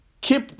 keep